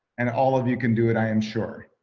and all of you can do it, i am sure.